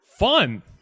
fun